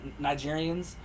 Nigerians